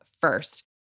first